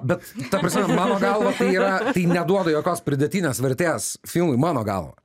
bet ta prasme mano galva tai yra tai neduoda jokios pridėtinės vertės filmui mano galva